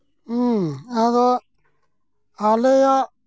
ᱟᱫᱚ ᱟᱞᱮᱭᱟᱜ